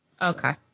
Okay